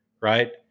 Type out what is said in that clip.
right